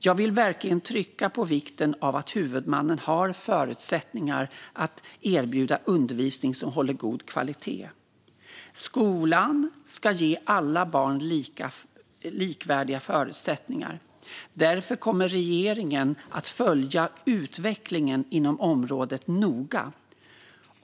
Jag vill verkligen trycka på vikten av att huvudmannen har förutsättningar att erbjuda undervisning som håller god kvalitet. Skolan ska ge alla barn likvärdiga förutsättningar. Därför kommer regeringen att följa utvecklingen inom området noga.